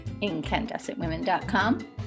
incandescentwomen.com